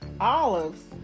Olives